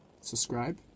subscribe